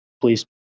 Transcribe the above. please